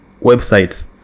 websites